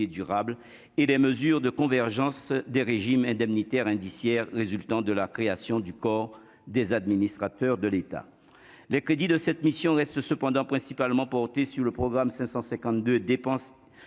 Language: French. durable et des mesures de convergence des régimes indemnitaires indiciaire résultant de la création du corps des administrateurs de l'État, les crédits de cette mission reste cependant principalement porté sur le programme 552 dépenses